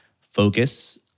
focus